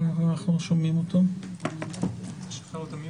ממה שאני יודע, לא בצורה מאוד רשמית,